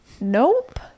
Nope